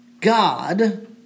God